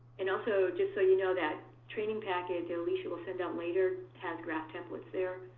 and also, just so you know, that training packet that alicia will send out later has graph templates there,